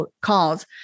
calls